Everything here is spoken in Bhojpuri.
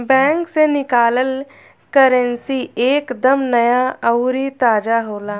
बैंक से निकालल करेंसी एक दम नया अउरी ताजा होला